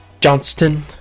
Johnston